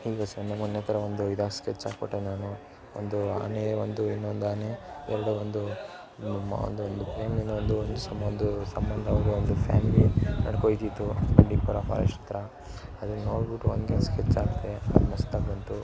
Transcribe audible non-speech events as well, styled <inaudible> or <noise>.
ಈಗ ಸಣ್ಣ ಮನೆ ಥರ ಒಂದು ಇದು ಸ್ಕೆಚ್ ಹಾಕಿಕೊಟ್ಟೆ ನಾನು ಒಂದು ಆನೆ ಒಂದು ಇನ್ನೊಂದು ಆನೆ ಎರಡು ಒಂದು <unintelligible> ಅದೊಂದು ಫ್ಯಾಮ್ಲಿಯಿಂದ ಒಂದು ಒಂದು ಸಂಬಂಧ ಸಂಬಂಧ ಅವರ ಒಂದು ಫ್ಯಾಮಿಲಿ ನಡ್ಕೊ ಹೋಗ್ತಿತು ಬಂಡಿಪುರ ಫಾರೆಸ್ಟ್ ಹತ್ರ ಅದನ್ನ ನೋಡ್ಬಿಟ್ಟು <unintelligible> ಸ್ಕೆಚ್ ಹಾಕ್ದೆ ಅದು ಮಸ್ತಾಗಿ ಬಂತು